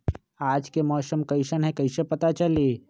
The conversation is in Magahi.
आज के मौसम कईसन हैं कईसे पता चली?